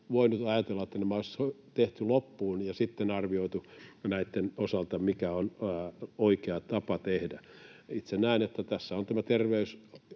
voinut ajatella, että nämä olisi tehty loppuun ja sitten arvioitu näitten osalta, mikä on oikea tapa tehdä. Itse näen, että tässä on tämä